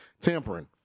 tampering